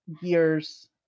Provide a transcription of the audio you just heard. years